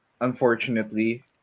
unfortunately